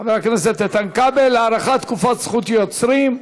חבר הכנסת איתן כבל, הארכת תקופת זכות יוצרים.